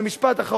נא לסיים.